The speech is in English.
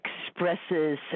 expresses